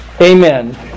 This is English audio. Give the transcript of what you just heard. Amen